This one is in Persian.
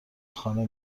خانه